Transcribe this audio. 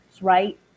right